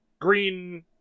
green